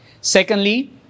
Secondly